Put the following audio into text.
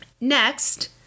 Next